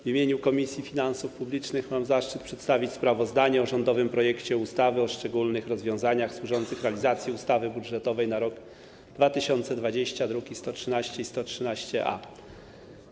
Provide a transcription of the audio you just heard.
W imieniu Komisji Finansów Publicznych mam zaszczyt przedstawić sprawozdanie o rządowym projekcie ustawy o szczególnych rozwiązaniach służących realizacji ustawy budżetowej na rok 2020, druki nr 113 i 113-A.